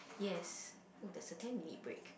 yes oh there's a ten minute break